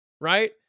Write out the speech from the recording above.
right